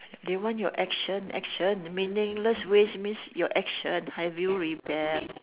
they want your action action meaningless ways mean your actions have you rebel